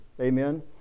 amen